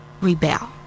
rebel